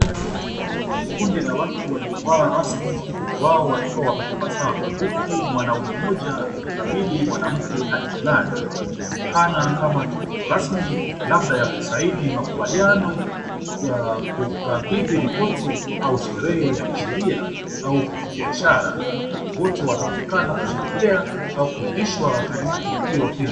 Kundi la watu waliovaa rasmi wengi wao wakiwa wametabasamu, huku mwanaume mmoja akikabili mwanamke hati fulani. Inaonekana kama tukio rasmi labda ya kusaini makubaliano na kukabidhi ripoti au sherehe ya kisheria au kibiashara. Wote wanaonekana kusherehekea au kuridhishwa na tukio hilo.